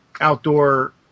outdoor